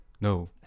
no